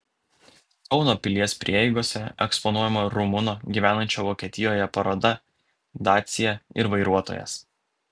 kauno pilies prieigose eksponuojama rumuno gyvenančio vokietijoje paroda dacia ir vairuotojas